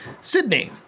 Sydney